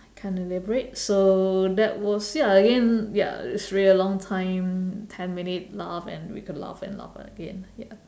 I can't elaborate so that was ya again ya it's really a long time ten minute laugh and we could laugh and laugh again ya